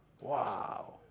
Wow